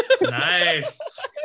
nice